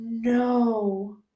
No